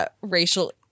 racial